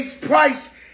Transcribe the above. price